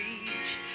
reach